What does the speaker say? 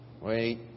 wait